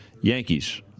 Yankees